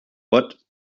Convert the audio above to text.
but